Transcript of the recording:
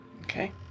Okay